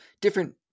different